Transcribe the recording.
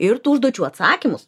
ir tų užduočių atsakymus